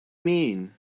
mean